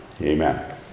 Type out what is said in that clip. amen